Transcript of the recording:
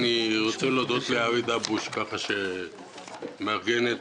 אני רוצה להודות לאבי דאבוש שמארגן את